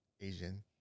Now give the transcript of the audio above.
Asian